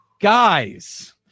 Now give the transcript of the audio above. Guys